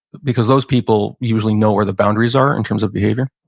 because those people usually know where the boundaries are in terms of behavior